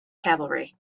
cavalry